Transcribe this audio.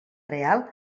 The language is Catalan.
real